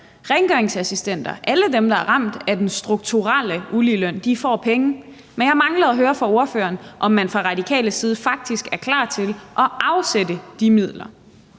rengøringsassistenter – alle dem, der er ramt af den strukturelle uligeløn – får penge. Men jeg mangler at høre fra ordføreren, om man fra Radikales side faktisk er klar til at afsætte de midler,